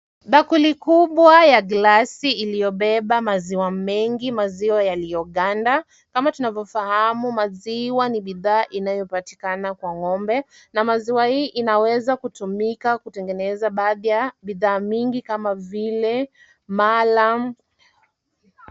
Bakuli kubwa ya gilasi iliyobeba maziwa mengi, maziwa yaliyoganda. Kama tunavyofahamu maziwa ni bidhaa inayopatikana kwa ng'ombe na maziwa hii inaweza kutumika kutengeneza baadhi ya bidhaa mingi kama vile mala.